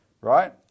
right